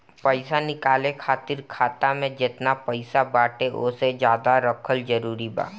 पईसा निकाले खातिर खाता मे जेतना पईसा बाटे ओसे ज्यादा रखल जरूरी बा?